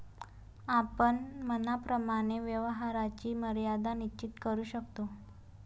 आपण मनाप्रमाणे व्यवहाराची मर्यादा निश्चित करू शकतो